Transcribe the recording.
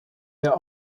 der